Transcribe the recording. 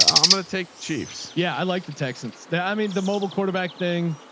um i'm going to take the chiefs. yeah. i like the texans, the i mean the mobile quarterback thing.